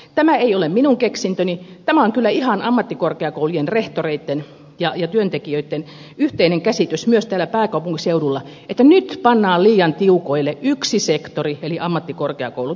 tämä ei ole minun keksintöni tämä on kyllä ihan ammattikorkeakoulujen rehtoreitten ja työntekijöitten yhteinen käsitys myös täällä pääkaupunkiseudulla että nyt pannaan liian tiukoille yksi sektori eli ammattikorkeakoulut